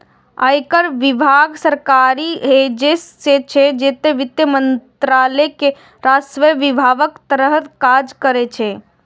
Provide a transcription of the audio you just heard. आयकर विभाग सरकारी एजेंसी छियै, जे वित्त मंत्रालय के राजस्व विभागक तहत काज करै छै